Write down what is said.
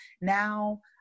now